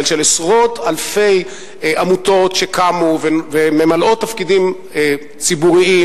של עשרות אלפי עמותות שקמו וממלאות תפקידים ציבוריים,